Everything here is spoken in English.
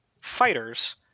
fighters